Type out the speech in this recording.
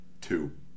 two